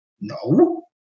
No